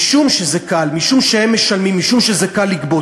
משום שזה קל, משום שהם משלמים, משום שזה קל לגבות.